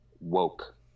woke